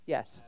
Yes